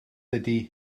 ydy